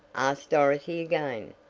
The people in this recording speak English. asked dorothy again.